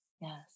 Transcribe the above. Yes